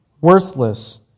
worthless